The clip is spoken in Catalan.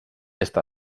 est